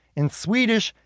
in swedish,